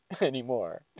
anymore